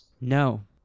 No